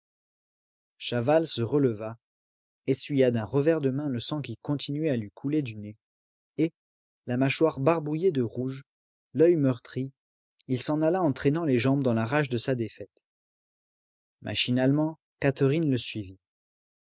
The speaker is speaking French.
chaval se releva essuya d'un revers de main le sang qui continuait à lui couler du nez et la mâchoire barbouillée de rouge l'oeil meurtri il s'en alla en traînant les jambes dans la rage de sa défaite machinalement catherine le suivit